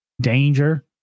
danger